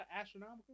astronomical